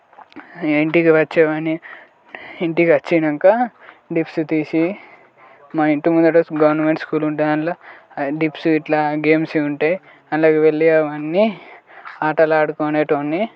ఇంటికి వచ్చేవాన్ని ఇంటికి వచ్చినాక డిప్స్ తీసి మా ఇంటి ముందట గవర్నమెంట్ స్కూల్ ఉండే దాంట్లో డిప్స్ ఇట్లా గేమ్స్ ఇవి ఉంటాయి అందులోకి వెళ్ళి అవన్నీ ఆటలాడుకునేటోన్ని